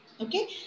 okay